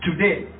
today